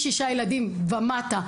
משישה ילדים ומטה,